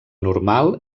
normal